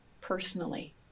personally